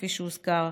כפי שהוזכר,